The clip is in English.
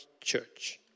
church